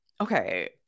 Okay